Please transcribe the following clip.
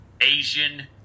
Asian